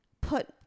put